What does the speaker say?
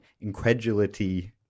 incredulity